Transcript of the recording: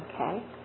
okay